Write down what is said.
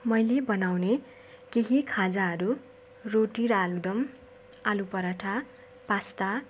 मैले बनाउने केही खाजाहरू रोटी र आलुदम आलु पराठा पास्ता